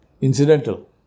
incidental